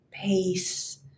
peace